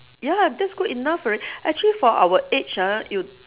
ya lah that's good enough alrea~ actually for our age ah you